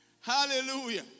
Hallelujah